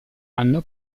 anno